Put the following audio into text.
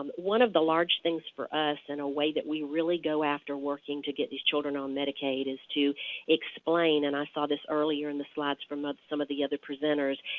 um one of the large things for us, and a way that we really go after working to get these children on medicaid, is to explain, and i saw this earlier in the slides from some of the other presenters,